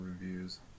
reviews